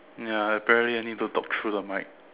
ya apparently I need to talk through the mic